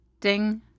Ding